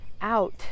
out